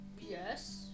Yes